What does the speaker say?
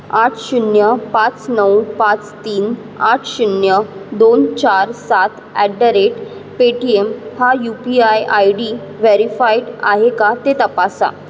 आठ शून्य पाच नऊ पाच तीन आठ शून्य दोन चार सात ॲट द रेट पेटीएम हा U P I I D verified आहे का ते तपासा